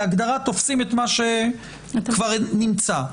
בהגדרה תופסים את מה שכבר נמצא.